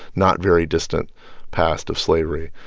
not very distant past of slavery.